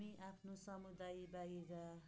हामी आफ्नो समुदाय बाहिर